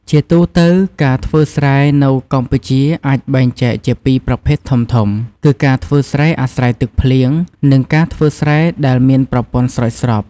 ជាទូទៅ ការធ្វើស្រែនៅកម្ពុជាអាចបែងចែកជាពីរប្រភេទធំៗ គឺការធ្វើស្រែអាស្រ័យទឹកភ្លៀង និងការធ្វើស្រែដែលមានប្រព័ន្ធស្រោចស្រព។